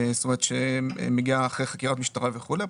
זאת אומרת שהיא מגיעה אחרי חקירת משטרה וכולי,